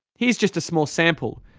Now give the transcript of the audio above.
here's just a small sample.